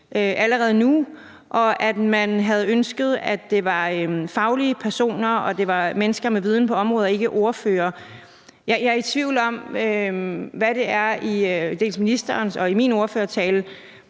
allerede nu, og at man havde ønsket, at det var faglige personer, og at det var mennesker med viden på området og ikke ordførere. Jeg er i tvivl om, hvad det er, der i ministerens tale og min ordførertale